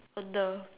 on the